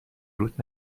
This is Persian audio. روت